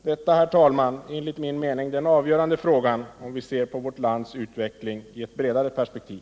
Detta, herr talman, är enligt min mening den avgörande frågan om vi ser på vårt lands utveckling i ett bredare perspektiv.